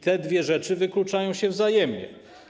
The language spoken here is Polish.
Te dwie rzeczy wykluczają się wzajemnie.